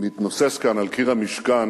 מתנוסס כאן, על קיר המשכן,